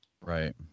right